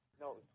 No